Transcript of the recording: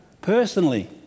personally